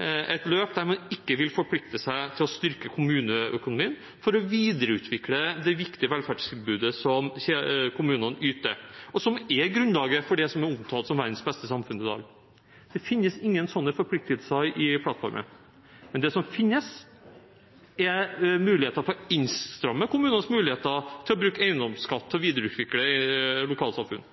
et løp der man ikke vil forplikte seg til å styrke kommuneøkonomien for å videreutvikle det viktige velferdstilbudet som kommunene yter, og som er grunnlaget for det som er omtalt som verdens beste samfunn i dag. Det finnes ingen slike forpliktelser i plattformen. Det som finnes, er muligheter for å stramme inn kommunenes muligheter til å bruke eiendomsskatt til å videreutvikle lokalsamfunn.